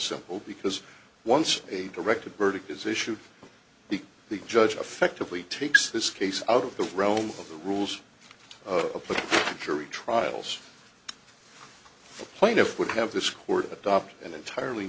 simple because once a directed verdict is issued the judge affectively takes this case out of the realm of the rules of the jury trials the plaintiff would have this court adopt an entirely